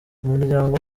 umuryango